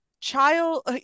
child